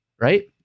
right